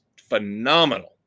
phenomenal